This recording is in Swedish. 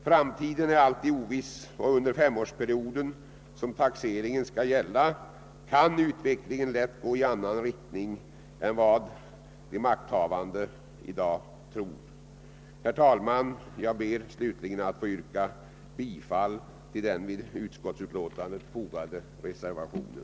Framtiden är alltid oviss, och under den femårsperiod som taxeringen skall gälla kan utvecklingen lätt gå i annan riktning än vad de makthavande i dag tror. Herr talman! Jag ber att få yrka bifall till den vid betänkandet fogade reservationen.